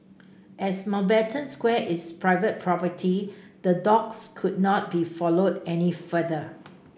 as Mountbatten Square is private property the dogs could not be followed any further